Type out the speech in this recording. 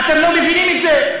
מה, אתם לא מבינים את זה?